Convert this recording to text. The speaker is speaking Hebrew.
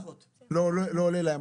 לא עולה להן,